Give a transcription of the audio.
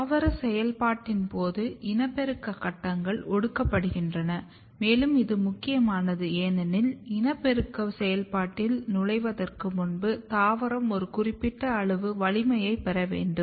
தாவர செயல்பாட்டின் போது இனப்பெருக்க கட்டங்கள் ஒடுக்கப்படுகின்றன மேலும் இது முக்கியமானது ஏனெனில் இனப்பெருக்கம் செயல்பாட்டில் நுழைவதற்கு முன்பு தாவரம் ஒரு குறிப்பிட்ட அளவு வலிமையைப் பெற வேண்டும்